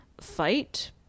fight